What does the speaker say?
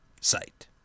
site